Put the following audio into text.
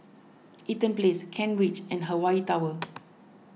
Eaton Place Kent Ridge and Hawaii Tower